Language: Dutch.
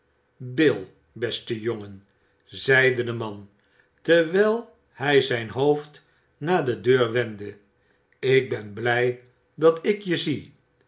bill beste jongen zeide de man terwijl hij zijn hoofd naar de deur wendde ik ben blij dat ik je zie